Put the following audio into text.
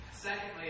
Secondly